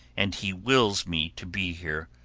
and he wills me to be here.